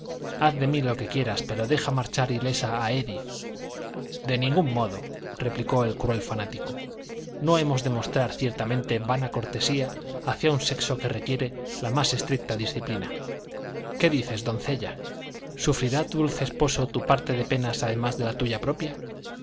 haz de mí lo que quieras pero deja marchar ilesa a édith de ningún modo replicó el cruel fanático no hemos de mostrar ciertamente vana cortesía hacia un sexo que requiere la más estricta disciplina qué dices doncella sufrirá tu dulce esposo tu parte de penas además de la suya propia